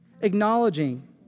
Acknowledging